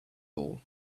all